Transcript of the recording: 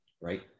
right